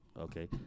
Okay